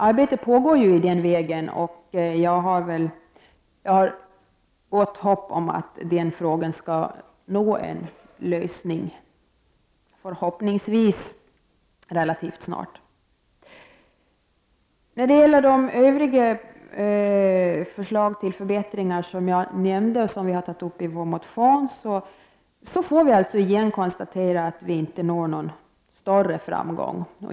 Arbete pågår i den vägen, och jag har gott hopp om att frågan skall nå en lösning relativt snart. När det gäller de övriga förslag till förbättringar som jag nämnde och som vi har tagit upp i vår motion får vi återigen konstatera att vi inte nått någon större framgång.